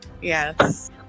Yes